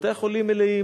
בתי-החולים מלאים.